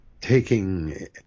taking